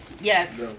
Yes